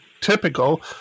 typical